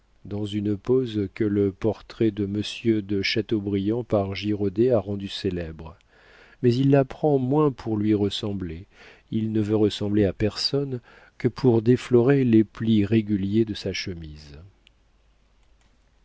dans une pose que le portrait de monsieur de chateaubriand par girodet a rendue célèbre mais il la prend moins pour lui ressembler il ne veut ressembler à personne que pour déflorer les plis réguliers de sa chemise